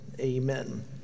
amen